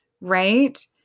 right